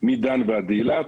מדן ועד אילת,